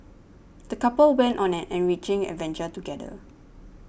the couple went on an enriching adventure together